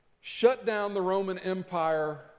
shut-down-the-Roman-Empire